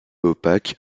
opaque